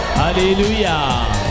hallelujah